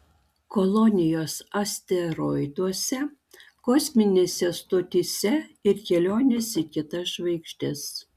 kolonijos asteroiduose kosminėse stotyse ir kelionės į kitas žvaigždes